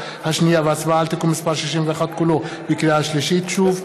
שנייה והצבעה על תיקון מס' 61 כולו בקריאה שלישית שוב,